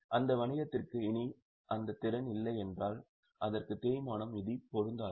அந்த வணிகத்திற்கு இனி அந்த திறன் இல்லை என்றால் அதற்க்கு தேய்மானம் இனி பொருந்தாது